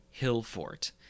Hillfort